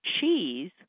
cheese